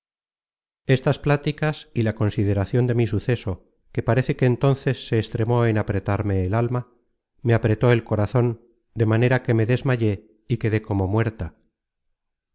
estas pláticas y la consideracion de mi suceso que parece que entonces se extremó en apretarme el alma me apretó el corazon de manera que me desmayé y quedé como muerta